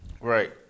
Right